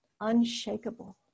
unshakable